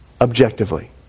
Objectively